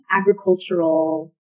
agricultural